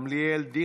גילה גמליאל,